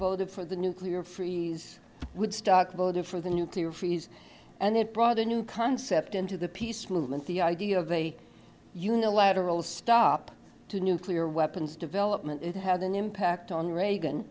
voted for the nuclear freeze woodstock voted for the nuclear freeze and it brought a new concept into the peace movement the idea of a unilateral stop to nuclear weapons development it had an impact on reagan